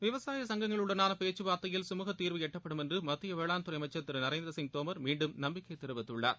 விவசாய சங்கங்களுடனாள பேச்சுவார்த்தையில் சுமூக தீர்வு எட்டப்படும் என்று மத்திய வேளாண்துறை அமைச்சர் திரு நரேந்திரசிங் தோமர் மீண்டும் நம்பிக்கை தெரிவித்துள்ளார்